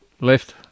left